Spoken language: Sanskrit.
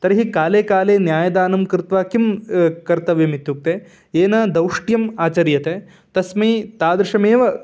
तर्हि कालेकाले न्यायदानं कृत्वा किं कर्तव्यमित्युक्ते येन दौष्ट्यम् आचर्यते तस्मै तादृशमेव